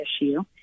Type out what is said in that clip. issue